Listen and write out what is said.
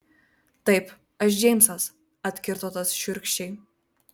taip aš džeimsas atkirto tas šiurkščiai